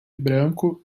branco